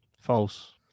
False